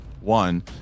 one